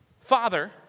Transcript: Father